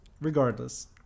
regardless